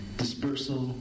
dispersal